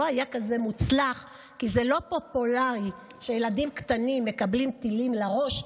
היה כזה מוצלח כי זה לא פופולרי שילדים קטנים מקבלים טילים לראש.